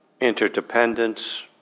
interdependence